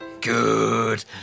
good